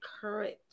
current